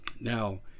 Now